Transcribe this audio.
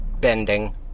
bending